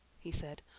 he said,